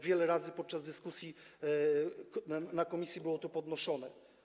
Wiele razy podczas dyskusji w komisji było to podnoszone.